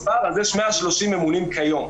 יש 130 ממונים כיום.